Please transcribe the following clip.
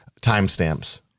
timestamps